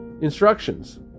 instructions